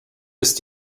ist